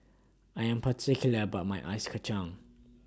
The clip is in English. I Am particular about My Ice Kachang